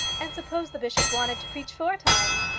and suppose the bishop wanted to preach four times?